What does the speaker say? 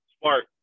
Smart